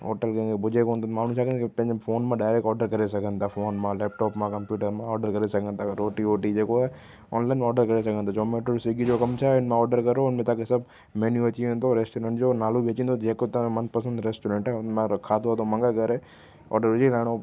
hotel कंहिं खे पुॼे कोन थो माण्हू छा कनि था कि पंहिंजे फ़ोन मां डाइरेक्ट ऑडर करे सघनि था फ़ोन मां लैपटॉप मां कंप्यूटर मां ऑडर करे सघनि था रोटी वोटी जेको आहे ऑन लाइन में ऑडर करे सघनि था जोमैटो स्विगी जो कम छाहे उनमें ऑडर करो उनमें तव्हां खे सभु मेनू अची वेंदो रेस्टोरेंट जो नालो बि अची वेंदो जेको तव्हां जो मनपसंदि रेस्टोरेंट आहे उन मां खाधो हुतां मंगाए करे ऑडर विझी रहिणो